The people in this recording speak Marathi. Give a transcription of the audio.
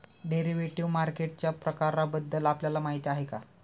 डेरिव्हेटिव्ह मार्केटच्या प्रकारांबद्दल आपल्याला माहिती आहे का?